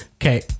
Okay